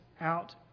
out